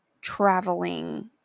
traveling